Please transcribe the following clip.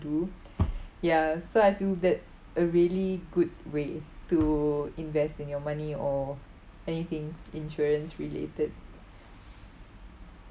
do ya so I feel that's a really good way to invest in your money or anything insurance related